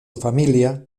familia